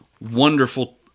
wonderful